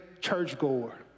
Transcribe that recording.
churchgoer